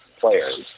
players